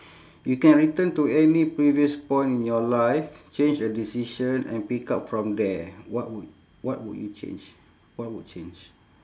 you can return to any previous point in your life change a decision and pick up from there what would what would you change what would change